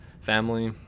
family